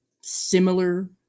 similar